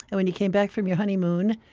and when you came back from your honeymoon,